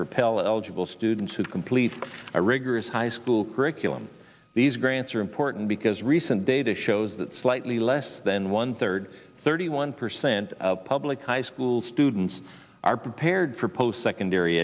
pell eligible students who complete a rigorous high school curriculum these grants are important because recent data shows that slightly less than one third thirty one percent of public high school students are prepared for post secondary